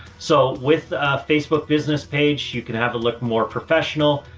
so with a facebook business page, you can have a look more professional.